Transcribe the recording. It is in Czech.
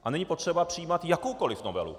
A není potřeba přijímat jakoukoli novelu.